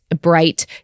bright